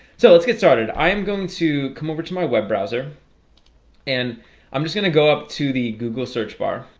so let's get started i am going to come over to my web browser and i'm just gonna go up to the google search bar.